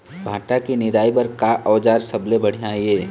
भांटा के निराई बर का औजार सबले बढ़िया ये?